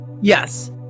Yes